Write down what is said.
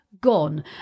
gone